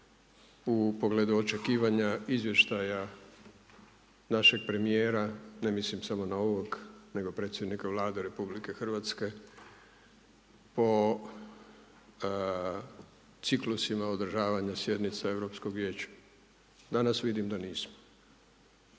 u pogledu očekivanja izvještaja našeg premijera, ne mislim samo na ovog nego predsjednika Vlade RH po ciklusima održavanja sjednica Europskog vijeća. Danas vidim da nismo.